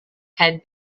had